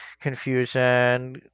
confusion